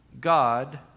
God